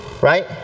right